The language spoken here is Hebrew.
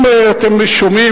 אם אתם שומעים,